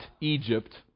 Egypt